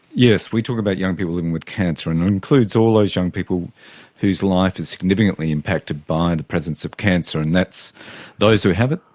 yes, we talk about young people living with cancer and that includes all those young people whose life is significantly impacted by the presence of cancer, and that's those who have it,